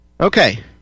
Okay